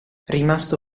rimasto